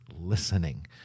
listening